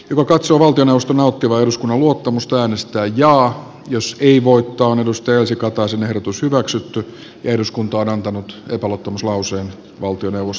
joka katsoo valtioneuvoston nauttivan eduskunnan luottamusta äänestää jaa jos ei voittaa on elsi kataisen ehdotus hyväksytty ja eduskunta on antanut epäluottamuslauseen valtioneuvos